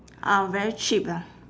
ah very cheap lah